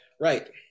Right